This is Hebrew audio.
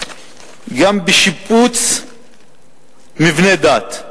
גם בשיפוץ מבני דת,